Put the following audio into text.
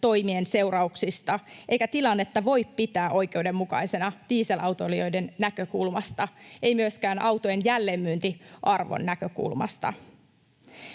toimien seurauksista, eikä tilannetta voi pitää oikeudenmukaisena dieselautoilijoiden näkökulmasta, ei myöskään autojen jälleenmyyntiarvon näkökulmasta.